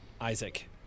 Isaac